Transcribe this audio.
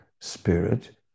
spirit